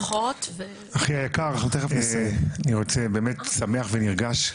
אחי היקר אני רוצה באמת שמח ונרגש,